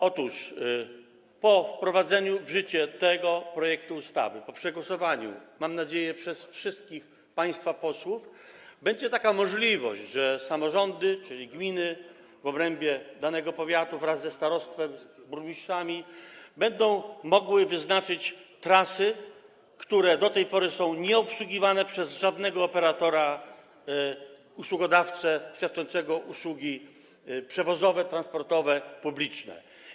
Otóż po wprowadzeniu w życie tego projektu ustawy, po jego przegłosowaniu, mam nadzieję, przez wszystkich państwa posłów będzie tak, że samorządy, czyli gminy w obrębie danego powiatu wraz ze starostwami, burmistrzami, będą mogły wyznaczyć trasy, które teraz są nieobsługiwane przez żadnego operatora, usługodawcę, świadczącego usługi przewozowe, transportowe, publiczne.